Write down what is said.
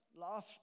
laugh